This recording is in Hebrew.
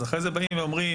אז אחרי זה באים ואומרים,